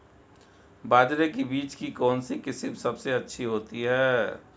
बाजरे के बीज की कौनसी किस्म सबसे अच्छी होती है?